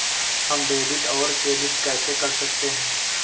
हम डेबिटऔर क्रेडिट कैसे कर सकते हैं?